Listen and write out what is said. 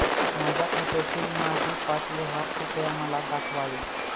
माझ्या खात्यातील मागील पाच व्यवहार कृपया मला दाखवावे